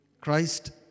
Christ